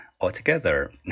altogether